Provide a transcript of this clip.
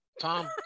tom